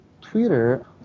Twitter